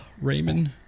Raymond